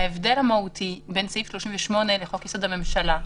ההבדל המהותי בין סעיף 38 לחוק יסוד: הממשלה,